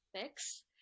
fix